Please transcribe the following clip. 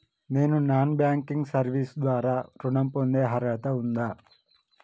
నేను non banking service ద్వారా ఋణం పొందే అర్హత ఉందా?